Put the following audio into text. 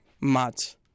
match